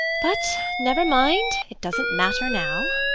but never mind it doesn't matter now.